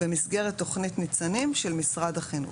במסגרת תוכנית ניצנים של משרד החינוך.